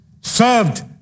served